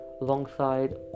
alongside